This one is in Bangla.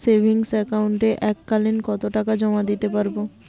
সেভিংস একাউন্টে এক কালিন কতটাকা জমা দিতে পারব?